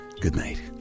goodnight